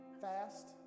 fast